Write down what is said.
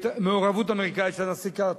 ובמעורבות אמריקנית של הנשיא קרטר.